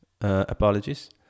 Apologies